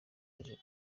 ari